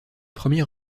premier